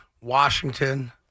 Washington